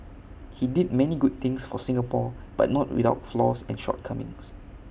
he did many good things for Singapore but not without flaws and shortcomings